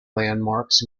landmarks